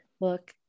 look